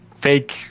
fake